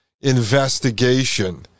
investigation